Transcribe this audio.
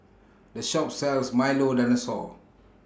The Shop sells Milo Dinosaur